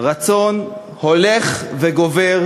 רצון הולך וגובר